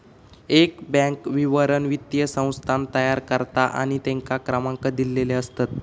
एक बॅन्क विवरण वित्तीय संस्थान तयार करता आणि तेंका क्रमांक दिलेले असतत